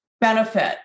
benefit